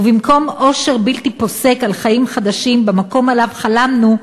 ובמקום אושר בלתי פוסק על חיים חדשים במקום שעליו חלמנו,